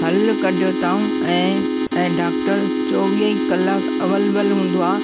हल कढियो अथऊं ऐं ऐं डॉक्टर चोवीह ई कलाक अवेलेबल हूंदो आहे